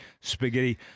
spaghetti